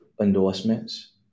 endorsements